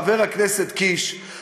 הפעילות הפוליטית של אדם,